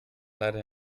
leider